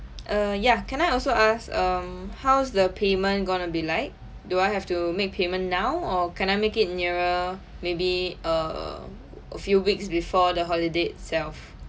err ya can I also ask um how's the payment going to be like do I have to make payment now or can I make it nearer maybe err a few weeks before the holiday itself